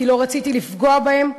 כי לא רציתי לפגוע בהם,